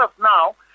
now